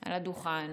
על הדוכן